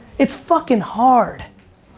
it's fucking hard.